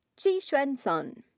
qixuan sun.